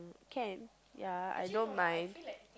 can ya I don't mind